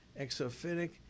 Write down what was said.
exophytic